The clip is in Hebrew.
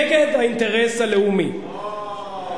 נגד האינטרס הלאומי, אוהו.